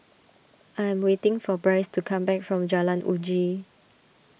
I am waiting for Brice to come back from Jalan Uji